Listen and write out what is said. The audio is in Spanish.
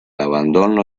abandono